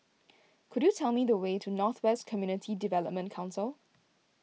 could you tell me the way to North West Community Development Council